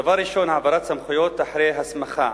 דבר ראשון, העברת סמכויות אחרי הסמכה.